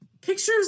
Pictures